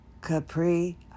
Capri